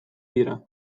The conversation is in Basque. dira